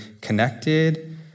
connected